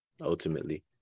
Ultimately